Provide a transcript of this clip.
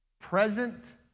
Present